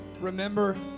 Remember